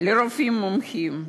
לרופאים מומחים,